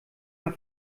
mehr